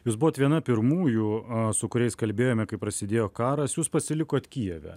jūs buvot viena pirmųjų su kuriais kalbėjome kai prasidėjo karas jūs pasilikot kijeve